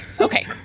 okay